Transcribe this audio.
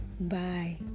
bye